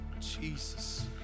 Jesus